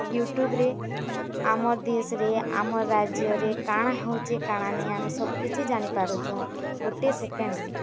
ୟୁଟ୍ୟୁବ୍ରେ ଆମର୍ ଦେଶରେ ଆମର୍ ରାଜ୍ୟରେ କାଣା ହଉଚି କାଣା ନାଇ ହଉଚି ଆମେ ସବୁକିଛି ଜାଣିପାରୁଚୁଁ ଗାେଟେ ସେକେଣ୍ଡ୍ ରେ